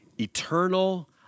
eternal